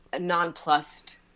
nonplussed